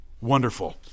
Wonderful